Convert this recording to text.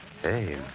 Hey